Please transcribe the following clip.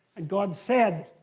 and god said,